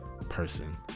person